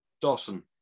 Dawson